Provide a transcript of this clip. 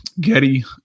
getty